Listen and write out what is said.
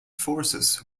forces